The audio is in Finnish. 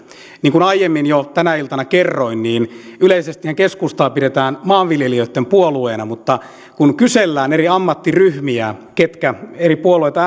niin kuin jo aiemmin tänä iltana kerroin yleisestihän keskustaa pidetään maanviljelijöitten puolueena mutta kun kysellään eri ammattiryhmiä ketkä eri puolueita